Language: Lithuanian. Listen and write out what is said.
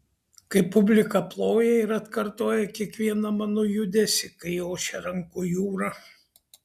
kai publika ploja ir atkartoja kiekvieną mano judesį kai ošia rankų jūra